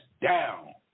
down